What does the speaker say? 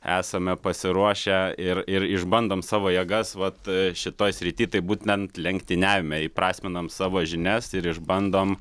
esame pasiruošę ir ir išbandom savo jėgas vat šitoj srity tai būtent lenktyniavime įprasminam savo žinias ir išbandom